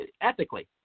ethically